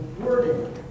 wording